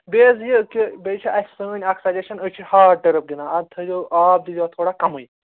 بیٚیہِ حظ یہِ کہِ بیٚیہِ چھِ اَسہِ سٲنۍ اَکھ سَجَشین أسۍ چھِ ہارڑ ٹٕرٕپ گِنٛدان اتھ تھاوِزیٚو آب دِی زیٚو اَتھ تھوڑا کَمٕے